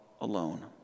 alone